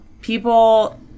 people